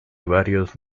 varios